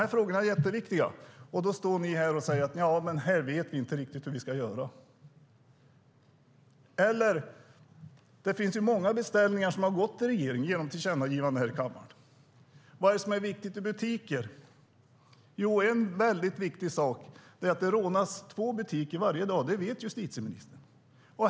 De frågorna är jätteviktiga, och sedan säger ni att ni inte riktigt vet hur ni ska göra. Det finns många beställningar som gått till regeringen i form av tillkännagivanden i kammaren. Vad är viktigt för butiker? En viktig sak är att det rånas två butiker varje. Det vet justitieministern.